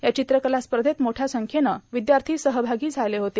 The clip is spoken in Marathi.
या र्चित्रकला स्पधत मोठ्या संख्येनं र्विदयार्था सहभागी झाले होते